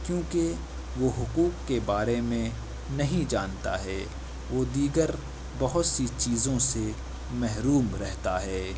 کیونکہ وہ حقوق کے بارے میں نہیں جانتا ہے وہ دیگر بہت سی چیزوں سے محروم رہتا ہے